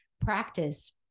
practice